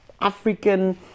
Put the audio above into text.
African